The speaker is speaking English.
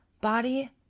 body